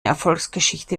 erfolgsgeschichte